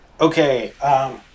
Okay